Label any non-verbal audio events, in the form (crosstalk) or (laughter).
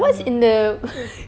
what's in the (laughs)